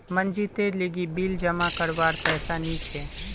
मनजीतेर लीगी बिल जमा करवार पैसा नि छी